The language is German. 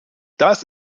das